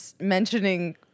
mentioning